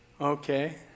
Okay